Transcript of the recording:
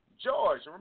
George